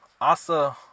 Asa